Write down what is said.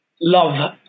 love